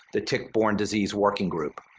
the tick-borne disease working group.